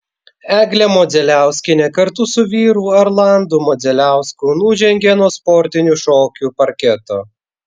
eglė modzeliauskienė kartu su vyru arlandu modzeliausku nužengė nuo sportinių šokių parketo